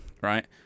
right